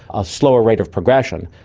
a slower rate of progression?